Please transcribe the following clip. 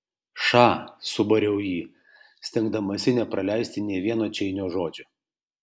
ša subariau jį stengdamasi nepraleisti nė vieno čeinio žodžio